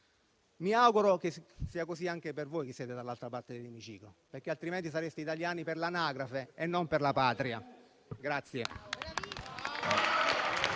Mi auguro che sia così anche per voi che siete dall'altra parte dell'emiciclo, perché altrimenti sareste italiani per l'anagrafe e non per la Patria.